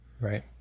right